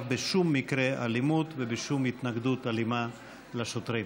בשום מקרה אלימות ובשום התנגדות אלימה לשוטרים.